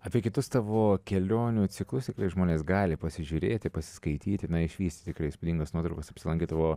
apie kitus tavo kelionių ciklus tikrai žmonės gali pasižiūrėti pasiskaityti na išvysti tikrai įspūdingas nuotraukas apsilankę tavo